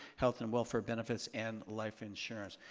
health and welfare benefits and life insurance.